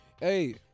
Hey